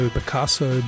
Picasso